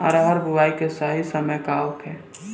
अरहर बुआई के सही समय का होखे?